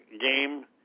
game